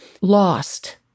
lost